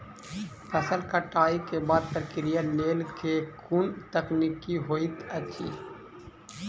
फसल कटाई केँ बादक प्रक्रिया लेल केँ कुन तकनीकी होइत अछि?